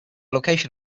location